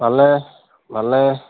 ভালে ভালে